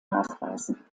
nachweisen